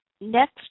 next